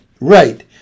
Right